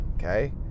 Okay